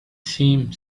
seemed